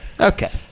Okay